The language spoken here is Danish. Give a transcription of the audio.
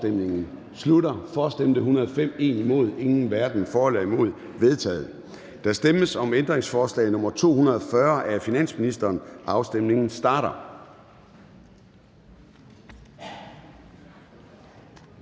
eller imod stemte 0. Ændringsforslaget er vedtaget. Der stemmes om ændringsforslag nr. 240 af finansministeren. Afstemningen starter.